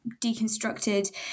deconstructed